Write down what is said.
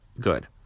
good